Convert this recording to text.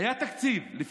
היה תקציב.